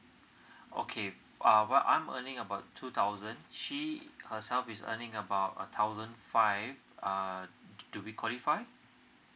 okay um I'm earning about two thousand she herself is earning about a thousand five uh do we qualify